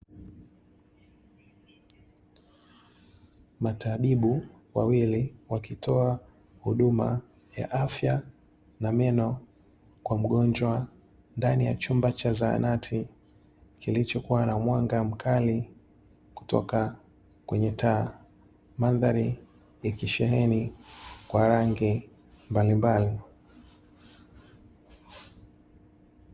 Matabibu wawili wakitoa huduma ya afya na Meno, kwa mgonjwa ndani ya chumba cha zahanati. Kilichokuwa na mwanga mkali kutoka kwenye taa. Mandhari ikisheheni kwa rangi mbalimbali.